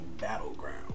battleground